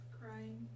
crying